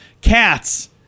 Cats